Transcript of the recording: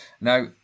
now